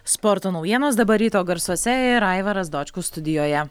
sporto naujienos dabar ryto garsuose ir aivaras dočkus studijoje